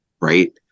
right